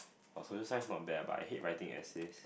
oh social science is not bad ah but I hate writing essays